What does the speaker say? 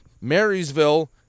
marysville